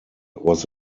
was